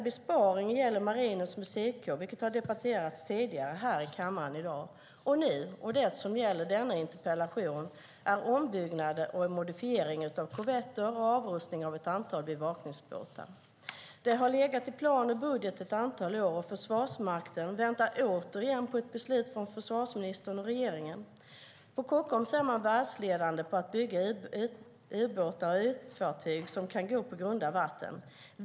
Besparingen gällande Marinens Musikkår har debatterats tidigare i dag här i kammaren. Denna interpellation gäller ombyggnad och modifiering av korvetter och avrustning av ett antal bevakningsbåtar. Detta har legat i plan och budget ett antal år, och Försvarsmakten väntar återigen på ett beslut från försvarsministern och regeringen. På Kockums är man världsledande på att bygga ubåtar och fartyg som kan gå på grunda vatten.